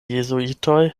jezuitoj